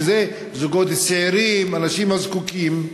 שזה זוגות צעירים והאנשים הנזקקים,